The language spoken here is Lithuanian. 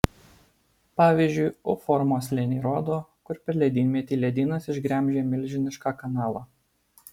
pavyzdžiui u formos slėniai rodo kur per ledynmetį ledynas išgremžė milžinišką kanalą